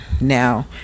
Now